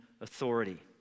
authority